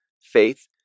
faith